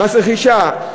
מס רכישה,